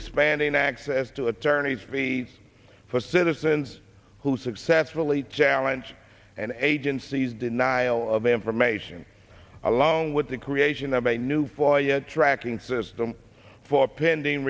expanding access to attorneys fees for citizens who successfully challenge and agency's denial of information along with the creation of a new file yet tracking system for pending